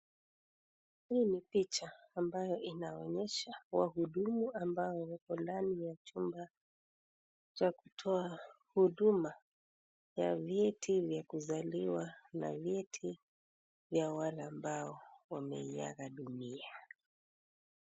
Hii ni picha ambayo inaonyesha wahudumu ambao wako ndani ya chumba cha kutoa huduma cha vyeti vya kuzaliwa na vyeti vya wale ambao wameiaga dunia.